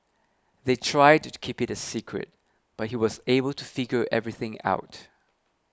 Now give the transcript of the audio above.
they tried to keep it a secret but he was able to figure everything out